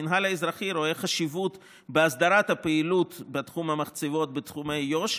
המינהל האזרחי רואה חשיבות בהסדרת הפעילות בתחום המחצבות בתחומי יו"ש,